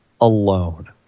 alone